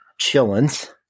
chillins